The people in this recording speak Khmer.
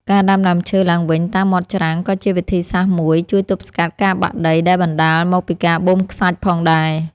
ការដាំដើមឈើឡើងវិញតាមមាត់ច្រាំងក៏ជាវិធីសាស្ត្រមួយជួយទប់ស្កាត់ការបាក់ដីដែលបណ្តាលមកពីការបូមខ្សាច់ផងដែរ។